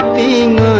being